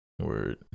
Word